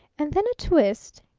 and then a twist?